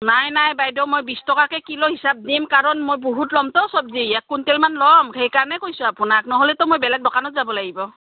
নাই নাই বাইদেউ মই বিছ টকাকৈ কিলো হিচাব দিম কাৰণ মই বহুত ল'মতো চব্জি এক কুইণ্টেলমান ল'ম সেইকাৰণে কৈছোঁ আপোনাক নহ'লেতো মই বেলেগ দোকানত যাব লাগিব